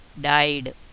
died